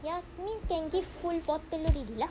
ya means can give full bottle already lah